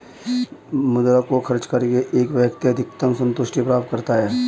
मुद्रा को खर्च करके एक व्यक्ति अधिकतम सन्तुष्टि प्राप्त करता है